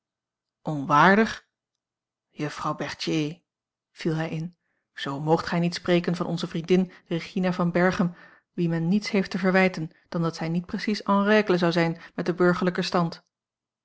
onwaardig juffrouw berthier viel hij in z moogt gij niet spreken van onze vriendin regina van berchem wie men niets heeft te verwijten dan dat zij niet precies en règle zou zijn met den burgerlijken stand